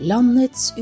Landets